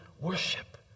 worship